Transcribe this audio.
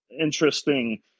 Interesting